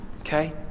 okay